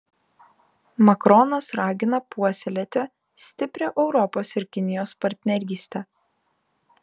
makronas ragina puoselėti stiprią europos ir kinijos partnerystę